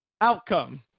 outcome